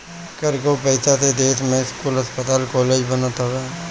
कर कअ पईसा से देस में स्कूल, अस्पताल कालेज बनत हवे